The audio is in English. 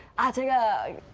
i think i